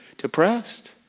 depressed